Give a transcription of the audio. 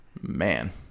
man